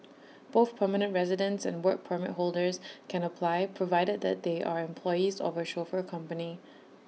both permanent residents and Work Permit holders can apply provided that they are employees of A chauffeur company